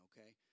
Okay